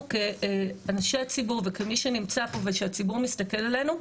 אנחנו כאנשי ציבור וכמי שנמצא פה ושהציבור מסתכל עלינו,